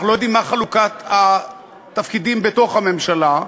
אנחנו לא יודעים מה חלוקת התפקידים בתוך הממשלה,